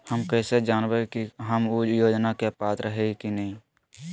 हम कैसे जानब की हम ऊ योजना के पात्र हई की न?